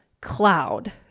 cloud